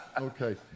Okay